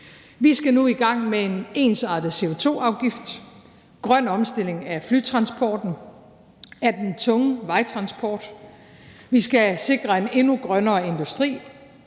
Vi skal nu i gang med en ensartet CO2-afgift, grøn omstilling af flytransporten, af den tunge vejtransport. Vi skal sikre en endnu grønnere industri,